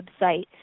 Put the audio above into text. website